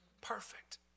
Perfect